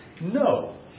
No